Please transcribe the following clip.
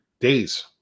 days